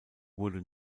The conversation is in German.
wurde